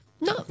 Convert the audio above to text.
no